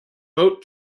boat